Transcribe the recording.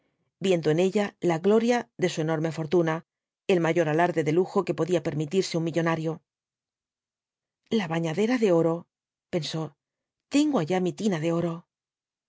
viendo en ella la gloria de su enorme fortuna el mayor alarde de lujo que podía permitirse un millonario la banadera de oro pensó tengo allá mi tina de oro